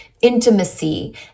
intimacy